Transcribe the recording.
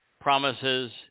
promises